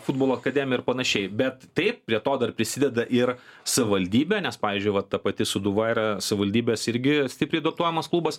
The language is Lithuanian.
futbolo akademiją ir panašiai bet taip prie to dar prisideda ir savivaldybė nes pavyzdžiui va ta pati sūduva yra savivaldybės irgi stipriai dotuojamas klubas